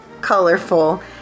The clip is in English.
colorful